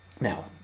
Now